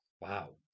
Wow